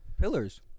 Pillars